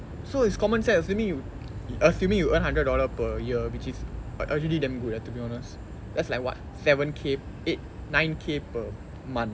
so it's common sense then you assuming you earn hundred dollars per year which is already damn good eh to be honest that's like what seven K eight nine K per month